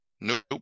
Nope